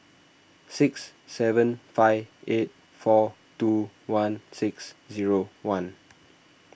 six seven five eight four two one six zero one